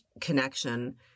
connection